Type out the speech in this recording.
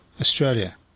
Australia